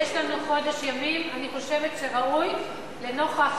יש לנו חודש ימים, אני חושבת שראוי, לנוכח